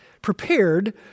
Prepared